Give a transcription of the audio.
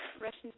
Russian